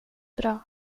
bra